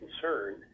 concern